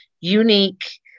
unique